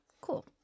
cool